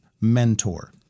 mentor